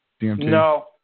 No